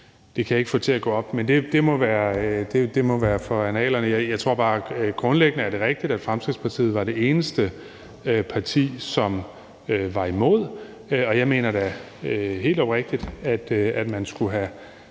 kan jeg ikke få til at passe. Men det må være for annalerne. Jeg tror bare grundlæggende, at det er rigtigt, at Fremskridtspartiet var det eneste parti, som var imod, og jeg mener da helt oprigtigt, at man skulle have